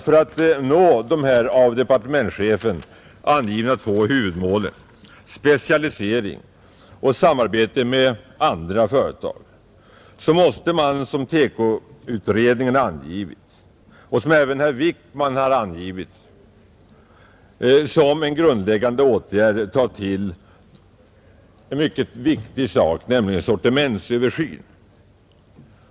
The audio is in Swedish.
För att nå de av departementschefen angivna två huvudmålen, specialisering och samarbete med andra företag, måste man — och det har TEKO-utredningen och även herr Wickman angivit som en grundläggande åtgärd — ta till en mycket viktig sak, nämligen en sortimentsöversyn.